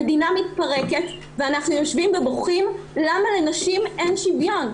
המדינה מתפרקת ואנחנו יושבים ובוכים למה לנשים אין שוויון.